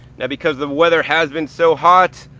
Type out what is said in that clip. now because the weather has been so hot,